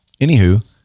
Anywho